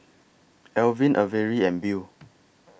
Alvin Averi and Bea